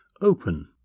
open